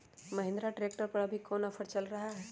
Mahindra tractor पर अभी कोन ऑफर चल रहा है?